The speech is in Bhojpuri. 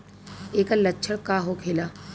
ऐकर लक्षण का होखेला?